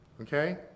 Okay